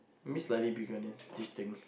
maybe slightly bigger than this thing